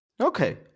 Okay